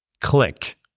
click